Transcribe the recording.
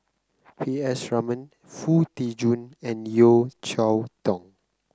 P S Raman Foo Tee Jun and Yeo Cheow Tong